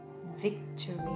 victory